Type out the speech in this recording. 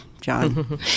John